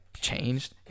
changed